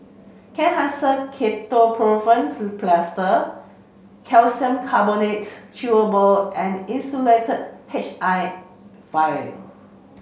Kenhancer Ketoprofen Plaster Calcium Carbonate Chewable and Insulatard H I vial